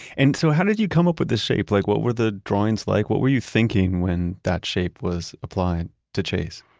and so how did you come up with this shape? like what were the drawings like? what were you thinking when that shape was applying to chase?